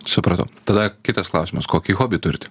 supratau tada kitas klausimas kokį hobį turit